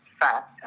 fat